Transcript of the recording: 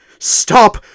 Stop